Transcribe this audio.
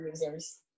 users